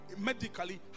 medically